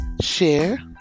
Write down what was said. Share